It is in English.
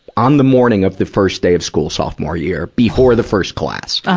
on the morning of the first day of school sophomore year, before the first class.